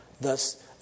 Thus